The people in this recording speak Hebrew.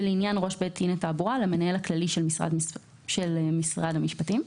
ולעניין ראש בית דין לתעבורה למנהל הכללי של משרד המשפטים.